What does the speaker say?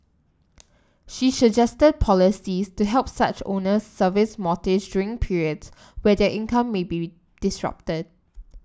she suggested policies to help such owners service mortgage during periods where their income may be disrupted